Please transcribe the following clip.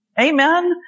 Amen